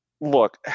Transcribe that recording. Look